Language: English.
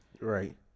Right